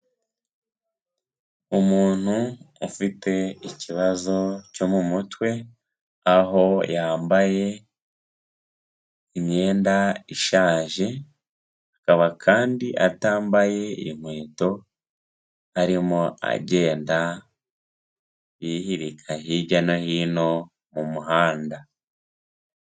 Umuntu ufite ikibazo cyo mu mutwe aho yambaye imyenda ishaje, akaba kandi atambaye inkweto arimo agenda yihirika hirya no hino mu muhanda.